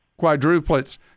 quadruplets